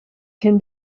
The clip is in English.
can